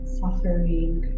suffering